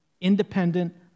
independent